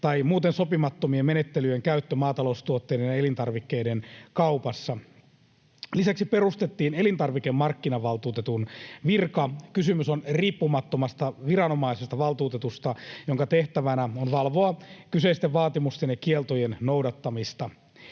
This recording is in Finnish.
tai muuten sopimattomien menettelyjen käyttö maataloustuotteiden ja elintarvikkeiden kaupassa. Lisäksi perustettiin elintarvikemarkkinavaltuutetun virka. Kysymys on riippumattomasta viranomaisesta, valtuutetusta, jonka tehtävänä on valvoa kyseisten vaatimusten ja kieltojen noudattamista.